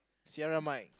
sierra mike